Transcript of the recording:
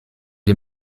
est